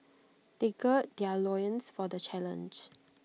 they gird their loins for the challenge